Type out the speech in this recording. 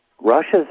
Russia's